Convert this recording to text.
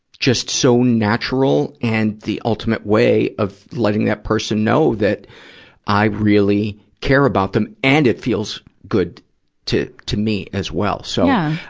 just so natural and the ultimate way of letting that person know that i really care about them. and it feels good to, to me as well. so, yeah